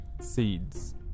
seeds